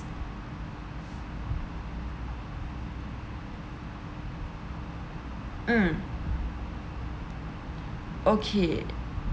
mm okay